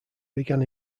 began